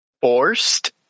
Forced